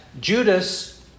Judas